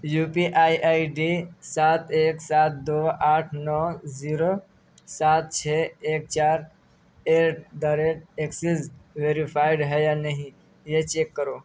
you P I I D سات ایک سات دو آٹھ نو زیرو سات چھ ایک چار eight the rate access verified ہے یا نہیں یہ چیک کرو